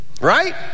Right